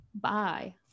bye